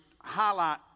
highlight